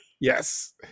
Yes